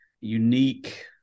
unique